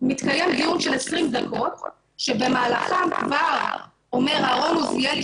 מתקיים דיון של 20 דקות שבמהלכם כבר אומר אהרון עוזיאלי,